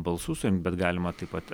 balsų surinkt bet galima taip pat